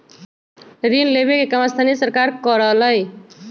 ऋण लेवे के काम स्थानीय सरकार करअलई